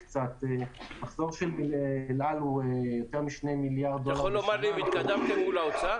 מחזור של אל על הוא בסביבות- -- כבר התקדמתם עם האוצר